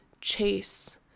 chase